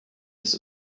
this